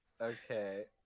Okay